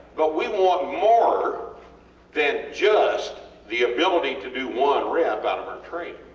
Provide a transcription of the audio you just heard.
but we want more than just the ability to do one rep out of our training.